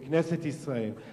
בכנסת ישראל,